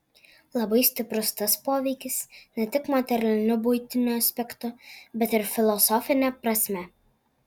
labai stiprus tas poveikis ne tik materialiniu buitiniu aspektu bet ir filosofine prasme